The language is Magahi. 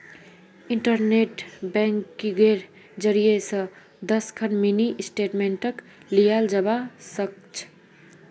इन्टरनेट बैंकिंगेर जरियई स दस खन मिनी स्टेटमेंटक लियाल जबा स ख छ